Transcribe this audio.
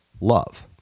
love